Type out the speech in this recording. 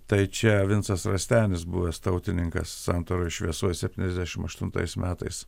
tai čia vincas rastenis buvęs tautininkas santaroj šviesoj septyniasdešimt aštuntais metais